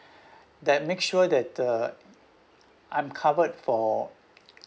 that make sure that uh I'm covered for